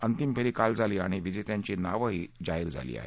अंतिम फेरी काल झाली आणि विजेत्यांची नावही जाहीर झाली आहेत